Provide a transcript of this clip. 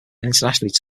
internationally